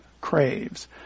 craves